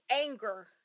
anger